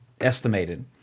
Estimated